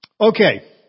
Okay